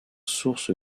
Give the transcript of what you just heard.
source